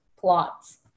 plots